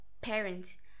parents